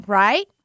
right